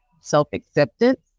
self-acceptance